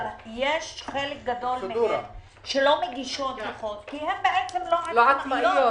אבל יש חלק גדול מהן שלא מגישות דוחות כי הן לא עצמאיות.